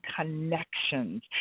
connections